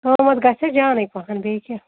قۭمَت گژھٮ۪س جانَے پَہَن بیٚیہِ کیاہ